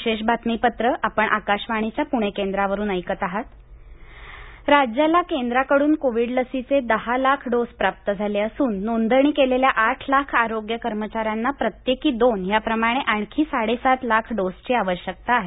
आरोग्यमंत्री राजेश टोपे राज्याला केंद्राकडून कोविड लसीचे दहा लाख डोस प्राप्त झाले असून नोंदणी केलेल्या आठ लाख आरोग्य कर्मचाऱ्यांना प्रत्येकी दोन याप्रमाणे आणखी साडे सात लाख डोसची आवश्यकता आहे